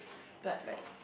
but like